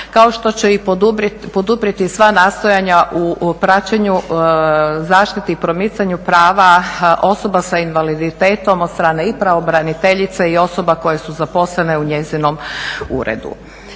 kao što će i poduprijeti sva nastojanja u praćenju, zaštiti i promicanju prava osoba sa invaliditetom od strane i pravobraniteljice, i osoba koje su zaposlene u njezinom uredu.